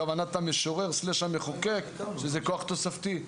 כוונת המשורר/המחוקק היא שזה כוח תוספתי,